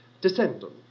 descendant